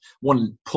one